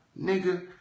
Nigga